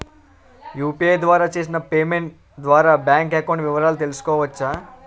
UPI ద్వారా చేసిన payment ద్వారా బ్యాంక్ అకౌంట్ వివరాలు తెలుసుకోవచ్చ?